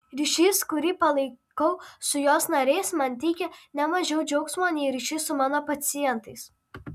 ryšys kurį palaikau su jos nariais man teikia ne mažiau džiaugsmo nei ryšys su mano pacientais